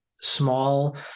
small